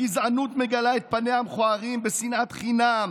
הגזענות מגלה את פניה המכוערים בשנאת חינם,